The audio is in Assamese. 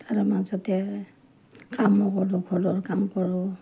তাৰে মাজতে কামো কৰোঁ ঘৰৰ কাম কৰোঁ